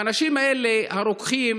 האנשים האלה, הרוקחים